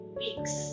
weeks